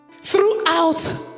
throughout